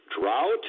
drought